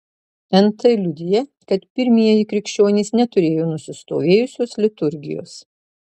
nt liudija kad pirmieji krikščionys neturėjo nusistovėjusios liturgijos